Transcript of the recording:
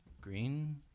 Green